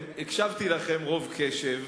הקשבתי לכם רוב קשב,